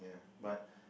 but